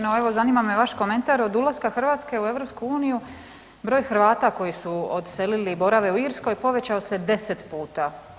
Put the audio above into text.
No, evo zanima me vaš komentar od ulaska Hrvatske u EU broj Hrvata koji su odselili, borave u Irskoj povećao se 10 puta.